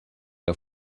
der